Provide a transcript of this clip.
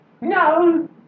No